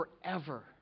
forever